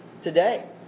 today